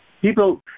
people